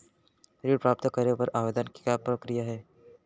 ऋण प्राप्त करे बर आवेदन के का प्रक्रिया हे?